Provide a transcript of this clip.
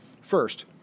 First